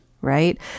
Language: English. right